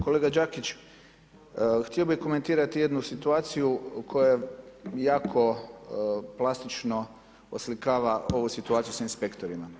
Kolega Đakić, htio bih komentirati jednu situaciju koja jako plastično oslikava ovu situaciju sa inspektorima.